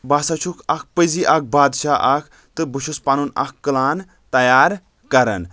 بہٕ ہسا چھک اکھ پزی اکھ بادشاہ اکھ تہٕ بہٕ چھُس پنُن اکھ کلان تیار کران